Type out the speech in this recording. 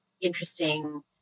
interesting